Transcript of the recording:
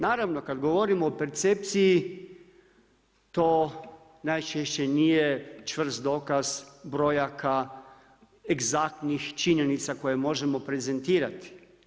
Naravno kada govorimo o percepciji to najčešće nije čvrst dokaz brojaka, egzaktnih činjenica koje možemo prezentirati.